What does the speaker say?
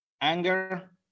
anger